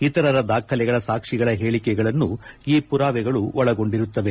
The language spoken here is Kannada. ಇತರರ ದಾಖಲೆಗಳ ಸಾಕ್ಷಿಗಳ ಹೇಳಿಕೆಗಳನ್ನು ಈ ಪುರಾವೆಗಳು ಒಳಗೊಂಡಿರುತ್ತವೆ